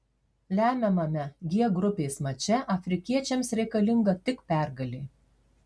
lemiamame g grupės mače afrikiečiams reikalinga tik pergalė